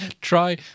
Try